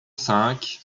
cinq